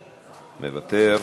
מוותר,